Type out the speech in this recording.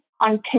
on